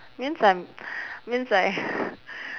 means I'm means I